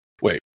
Wait